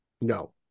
No